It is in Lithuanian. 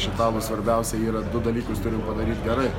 prieš italus svarbiausia yra du dalykus turim padaryt gerai